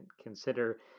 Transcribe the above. consider